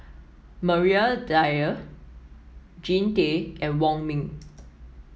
Maria Dyer Jean Tay and Wong Ming